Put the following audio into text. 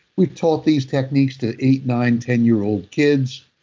we've taught these techniques to eight, nine, ten-year-old kids.